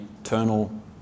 eternal